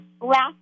last